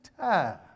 time